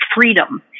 freedom